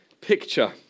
picture